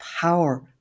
power